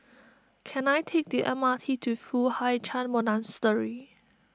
can I take the M R T to Foo Hai Ch'an Monastery